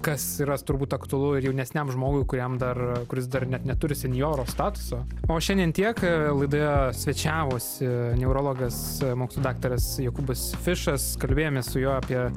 kas yra turbūt aktualu ir jaunesniam žmogui kuriam dar kuris dar net neturi senjoro statuso o šiandien tiek laidoje svečiavosi neurologas mokslų daktaras jokūbas fišas kalbėjomės su juo apie